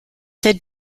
said